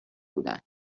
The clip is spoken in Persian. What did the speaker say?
بودن